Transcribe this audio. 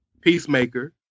Peacemaker